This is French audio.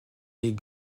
les